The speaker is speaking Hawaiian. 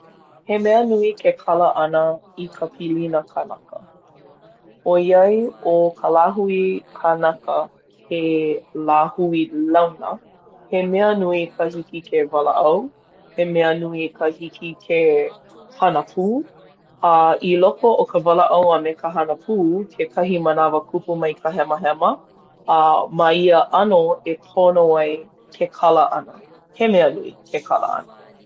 He mea nui ke kala ʻana i ka pilina kanaka. ʻOiai ʻo ka lāhui kanaka he lāhui launa, he mea nui ka hiki ke walaʻau, he mea nui ka hiki ke hana pū. A, i loko o ka walaʻau a me ka hana pū, kekahi manawa kupu mai ka hemahema. A ma ia ʻano e pono ai ke kala ʻana. He mea nui ke kala ʻana.